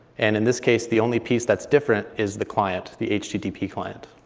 and in this case, the only piece that's different is the client, the http client.